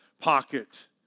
pocket